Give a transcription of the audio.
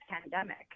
pandemic